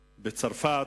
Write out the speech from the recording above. בצרפת,